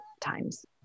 times